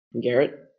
Garrett